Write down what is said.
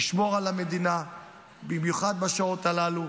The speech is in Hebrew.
לשמור על המדינה במיוחד בשעות הללו.